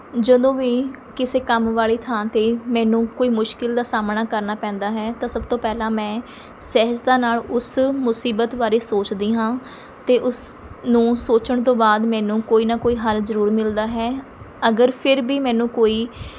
ਜਦੋਂ ਵੀ ਕਿਸੇ ਕੰਮ ਵਾਲੀ ਥਾਂ ਤੇ ਮੈਨੂੰ ਕੋਈ ਮੁਸ਼ਕਿਲ ਦਾ ਸਾਹਮਣਾ ਕਰਨਾ ਪੈਂਦਾ ਹੈ ਤਾਂ ਸਭ ਤੋਂ ਪਹਿਲਾਂ ਮੈਂ ਸਹਿਜਤਾ ਨਾਲ ਉਸ ਮੁਸੀਬਤ ਬਾਰੇ ਸੋਚਦੀ ਹਾਂ ਅਤੇ ਉਸ ਨੂੰ ਸੋਚਣ ਤੋਂ ਬਾਅਦ ਮੈਨੂੰ ਕੋਈ ਨਾ ਕੋਈ ਹੱਲ ਜ਼ਰੂਰ ਮਿਲਦਾ ਹੈ ਅਗਰ ਫਿਰ ਵੀ ਮੈਨੂੰ ਕੋਈ